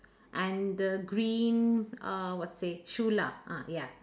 and the green uh what say shoe lah ah ya